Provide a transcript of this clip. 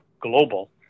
global